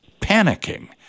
panicking